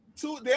two